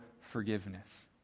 forgiveness